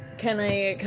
can i